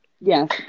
Yes